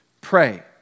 pray